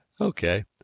Okay